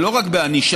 ולא רק בענישה,